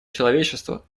человечества